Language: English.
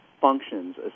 functions